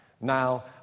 Now